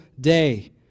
day